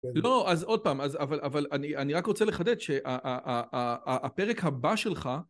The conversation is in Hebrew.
לא, אז עוד פעם, אבל אני רק רוצה לחדד שהפרק הבא שלך...